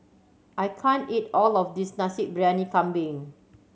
I can't eat all of this Nasi Briyani Kambing